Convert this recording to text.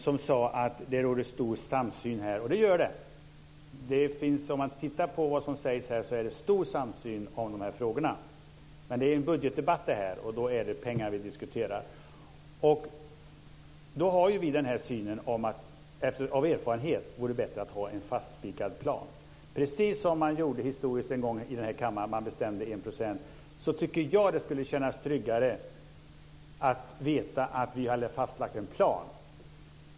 Hon sade att det råder stor samsyn här, och det gör det. Om man tittar på vad som sägs är det stor samsyn om dessa frågor. Men detta är en budgetdebatt, och då är det pengar vi diskuterar. Vi har synen att det av erfarenhet vore bättre att ha en fastspikad plan. Det är precis som man gjorde historiskt en gång i kammaren när man bestämde målet som 1 %. Jag tycker att det skulle kännas tryggare att veta att vi hade fastlagt en plan.